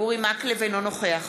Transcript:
אינו נוכח